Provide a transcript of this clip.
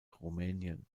rumänien